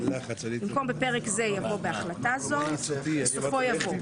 (1)במקום "בפרק זה" יבוא "בהחלטה זו"; (2)בסופו יבוא: